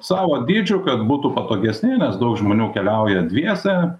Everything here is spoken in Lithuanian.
savo dydžiu kad būtų patogesni nes daug žmonių keliauja dviese